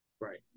Right